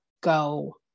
go